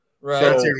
Right